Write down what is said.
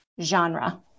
genre